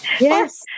yes